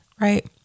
right